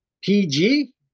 PG